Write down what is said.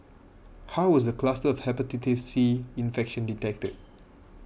how was the cluster of Hepatitis C infection detected